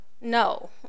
No